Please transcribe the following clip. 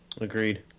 Agreed